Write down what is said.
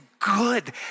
good